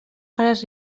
faràs